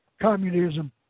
communism